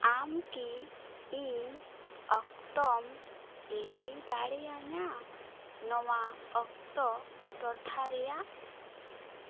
ᱟᱢ ᱠᱤ ᱤᱧ ᱚᱠᱛᱚᱢ ᱞᱟᱹᱭ ᱫᱟᱲᱮᱭᱟᱹᱧᱟᱹ ᱱᱚᱣᱟ ᱚᱠᱛᱚ ᱴᱚᱴᱷᱟ ᱨᱮᱭᱟᱜ